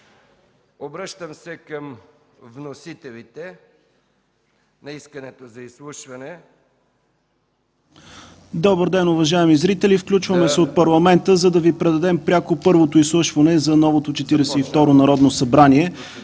Обръщам се към вносителите на искането за изслушване